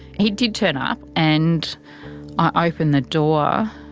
he did turn up. and i opened the door.